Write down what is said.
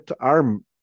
arm